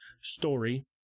story